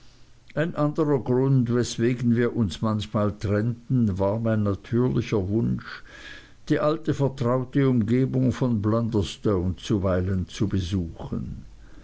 ein anderer grund weswegen wir uns manchmal trennten war mein natürlicher wunsch die alte vertraute umgebung von blunderstone zuweilen zu besuchen